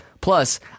Plus